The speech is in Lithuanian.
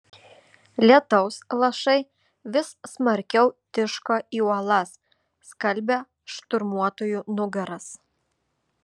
lietaus lašai vis smarkiau tiško į uolas skalbė šturmuotojų nugaras